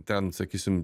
ten sakysim